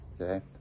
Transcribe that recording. Okay